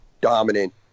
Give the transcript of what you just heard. dominant